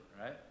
right